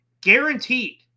guaranteed